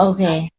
Okay